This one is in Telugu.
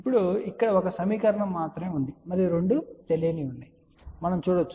ఇప్పుడు ఇక్కడ ఒక సమీకరణం మాత్రమే ఉందని మరియు రెండు తెలియనివి ఉన్నాయని మనం చూడవచ్చు